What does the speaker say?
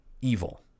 evil